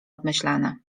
obmyślane